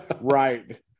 Right